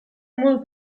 modu